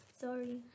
Sorry